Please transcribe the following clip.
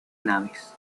naves